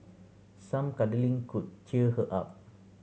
some cuddling could cheer her up